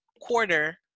quarter